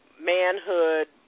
manhood